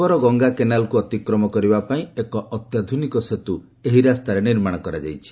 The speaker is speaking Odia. ଉପର ଗଙ୍ଗା କେନାଲକୁ ଅତିକ୍ରମ କରିବା ପାଇଁ ଏକ ଅତ୍ୟାଧୁନିକ ସେତୁ ଏହି ରାସ୍ତାରେ ନିର୍ମାଣ କରାଯାଇଛି